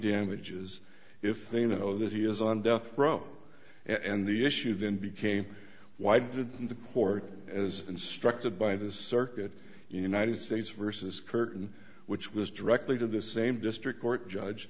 damages if they know that he is on death row and the issue then became why did the court as instructed by the circuit united states versus curtain which was directly to the same district court judge